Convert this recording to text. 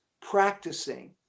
practicing